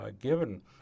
given